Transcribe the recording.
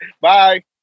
Bye